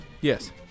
Yes